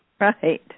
Right